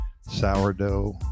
Sourdough